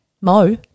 Mo